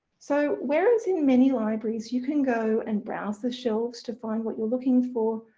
so whereas in many libraries you can go and browse the shelves to find what you're looking for,